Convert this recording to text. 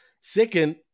Second